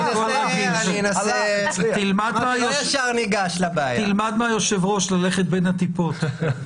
תלמד מהיושב-ראש ללכת בין הטיפות.